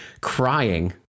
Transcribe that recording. crying